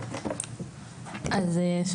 בבקשה.